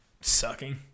sucking